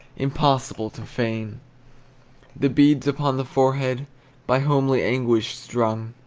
impossible to feign the beads upon the forehead by homely anguish strung.